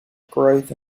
growth